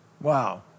Wow